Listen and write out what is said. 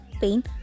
pain